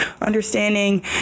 Understanding